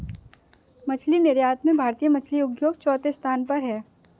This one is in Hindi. मछली निर्यात में भारतीय मछली उद्योग चौथे स्थान पर है